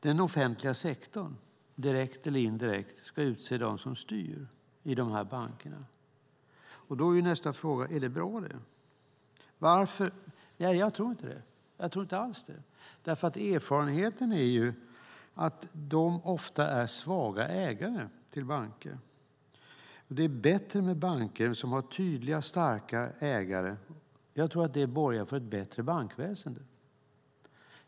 Den offentliga sektorn ska, direkt eller indirekt, utse dem som styr i bankerna. Då är nästa fråga: Är det verkligen bra? Jag tror inte alls det. Erfarenheten är att de ofta är svaga ägare till banker. Det är bättre med banker som har tydliga, starka ägare. Jag tror att det borgar för ett bättre bankväsen.